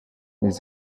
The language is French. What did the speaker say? les